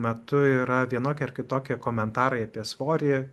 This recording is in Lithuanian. metu yra vienokie ar kitokie komentarai apie svorį